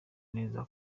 neza